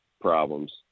problems